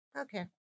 Okay